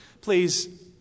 Please